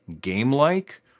game-like